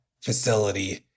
facility